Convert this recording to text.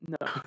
No